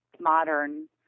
modern